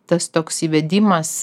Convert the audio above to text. tas toks įvedimas